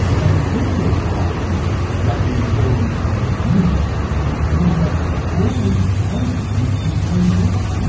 an essential part of the lucky four-leaf clover myth is that four-leaf clovers must be very rare.